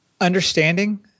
understanding